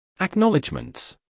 Acknowledgements